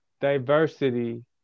diversity